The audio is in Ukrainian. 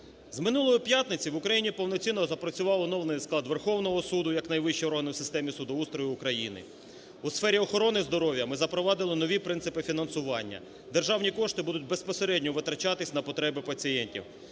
З минулої п'ятниці в Україні повноцінно запрацював оновлений склад Верховного Суду як найвищого органу в системі судоустрою України. У сфері охорони здоров'я ми запровадили нові принципи фінансування, державні кошти будуть безпосередньо витрачатися на потреби пацієнтів.